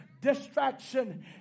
distraction